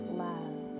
love